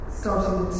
starting